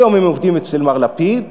היום הם עובדים אצל מר לפיד